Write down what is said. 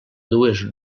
dues